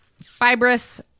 fibrous